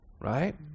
Right